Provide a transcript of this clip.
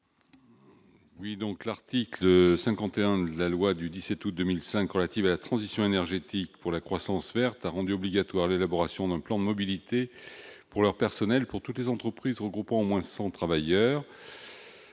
Gabouty. L'article 51 de la loi du 17 août 2015 relative à la transition énergétique pour la croissance verte a rendu obligatoire l'élaboration d'un plan de mobilité pour le personnel des entreprises regroupant au moins 100 travailleurs